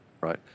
right